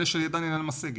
אלה שידם אינה משגת.